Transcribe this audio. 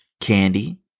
candy